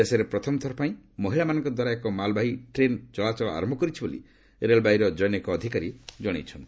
ଦେଶରେ ପ୍ରଥମ ଥରପାଇଁ ମହିଳାମାନଙ୍କଦ୍ୱାରା ଏକ ମାଲ୍ବାହୀ ଟ୍ରେନ୍ ଚଳାଚଳ ଆରମ୍ଭ କରିଛି ବୋଲି ରେଳବାଇର ଜନୈକ ଅଧିକାରୀ କହିଛନ୍ତି